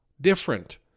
different